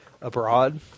abroad